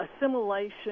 Assimilation